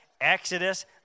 Exodus